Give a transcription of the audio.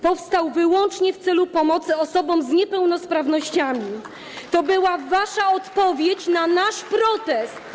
Powstał on wyłącznie w celu pomocy osobom z niepełnosprawnościami - to była wasza odpowiedź na nasz protest.